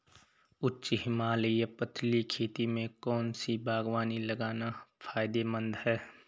उच्च हिमालयी पथरीली खेती में कौन सी बागवानी लगाना फायदेमंद है?